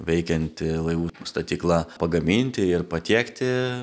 veikianti laivų statykla pagaminti ir patiekti